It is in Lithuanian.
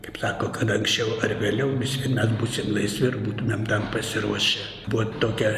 kaip sako kad anksčiau ar vėliau vis vien mes būsim laisvi ir būtumėm tam pasiruošę buvo tokia